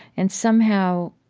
and somehow,